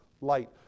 light